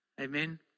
Amen